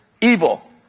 evil